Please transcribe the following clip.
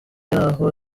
y’aho